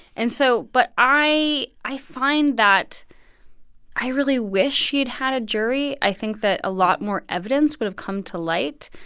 and so but i i find that i really wish she had had a jury. i think that a lot more evidence would have come to light.